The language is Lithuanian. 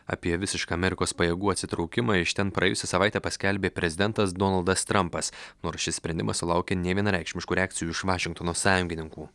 apie visišką amerikos pajėgų atsitraukimą iš ten praėjusią savaitę paskelbė prezidentas donaldas trampas nors šis sprendimas sulaukė nevienareikšmiškų reakcijų iš vašingtono sąjungininkų